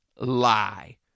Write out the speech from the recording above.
lie